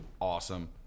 awesome